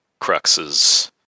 cruxes